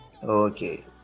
okay